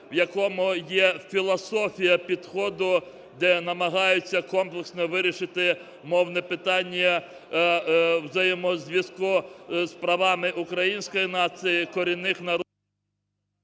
в якому є філософія підходу, де намагаються комплексно вирішити мовне питання у взаємозв'язку з правами української нації, корінних народів…